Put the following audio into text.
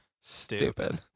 Stupid